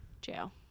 jail